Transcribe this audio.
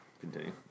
Continue